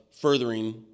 furthering